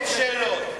שאלות,